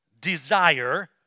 Desire